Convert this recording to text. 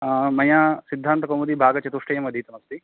मया सिद्धान्तकौमुदी भागचतुष्टयमधीतमस्ति